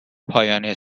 پایانی